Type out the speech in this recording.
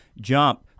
jump